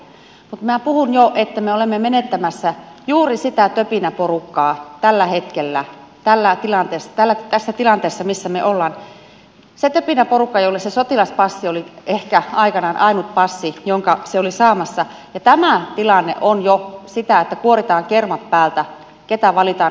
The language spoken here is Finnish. mutta minä puhuin jo että me olemme menettämässä juuri sitä töpinäporukkaa tällä hetkellä tässä tilanteessa missä me olemme se töpinäporukka jolle se sotilaspassi oli ehkä aikanaan ainut passi jonka se oli saamassa ja tämä tilanne on jo sitä että kuoritaan kermat päältä ketä valitaan asevelvollisuuteen